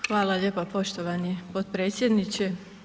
Hvala lijepo poštovani potpredsjedniče.